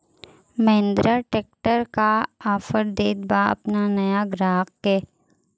Mahindra tractor का offer देत बा अपना नया ग्राहक के?